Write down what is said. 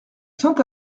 saint